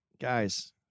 Guys